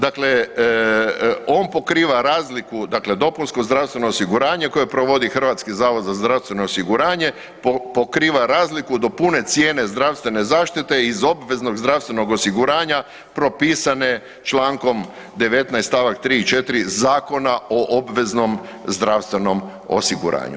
Dakle, on pokriva razliku, dakle dopunsko zdravstveno osiguranje koje provodi Hrvatski zavod za zdravstveno osiguranje pokriva razliku do pune cijene zdravstvene zaštite iz obveznog zdravstvenog osiguranja propisane člankom 19. stavak tri i četiri Zakona o obveznom zdravstvenom osiguranju.